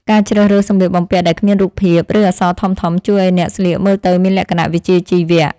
ការជ្រើសរើសសម្លៀកបំពាក់ដែលគ្មានរូបភាព ឬអក្សរធំៗជួយឱ្យអ្នកស្លៀកមើលទៅមានលក្ខណៈវិជ្ជាជីវៈ។